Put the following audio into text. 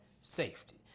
Safety